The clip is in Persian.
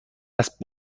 است